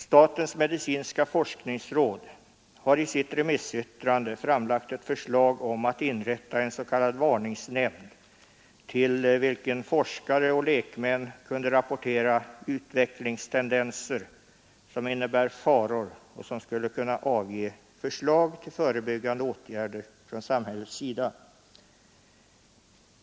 Statens medicinska forskningsråd har i sitt remissyttrande framlagt ett förslag om inrättande av en s.k. varningsnämnd, till vilken forskare och lekmän kunde rapportera utvecklingstendenser som innebär faror. Nämnden skulle kunna avge förslag till förebyggande åtgärder från samhällets sida.